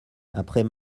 après